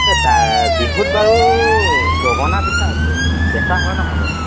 এই তাত বিহুত বাৰু গগনা বেচা বেচা হয় নহয় বাৰু